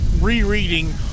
rereading